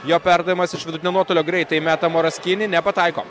jo perdavimas iš vidutinio nuotolio greitai meta moras kini nepataiko